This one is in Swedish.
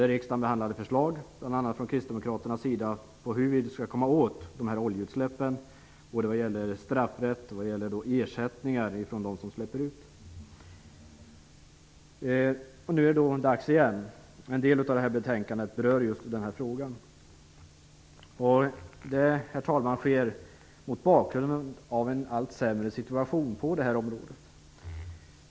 Riksdagen behandlade förslag, bl.a. från kristdemokraterna, på hur vi skall komma åt oljeutsläppen vad gäller både straffrätt och ersättningar från dem gör utsläppen. Nu är det dags igen. En del av betänkandet berör just denna fråga. Det sker, herr talman, mot bakgrund av en allt sämre situation på området.